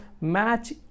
match